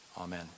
Amen